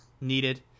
needed